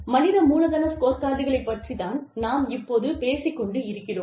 மனித மூலதன ஸ்கோர்கார்டுகளைப் பற்றித் தான் நாம் இப்போது பேசிக் கொண்டு இருக்கிறோம்